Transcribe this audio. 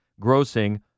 grossing